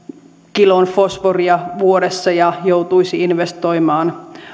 kilon fosforia vuodessa joutuisi investoimaan